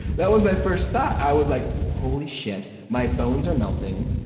that was my first thought. i was like, holy shit, my bones are melting,